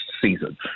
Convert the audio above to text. season